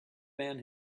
man